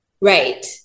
Right